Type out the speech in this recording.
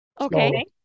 okay